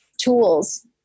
tools